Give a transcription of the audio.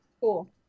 Cool